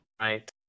right